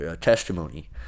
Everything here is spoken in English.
testimony